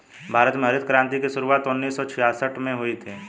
भारत में हरित क्रान्ति की शुरुआत उन्नीस सौ छियासठ में हुई थी